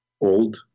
old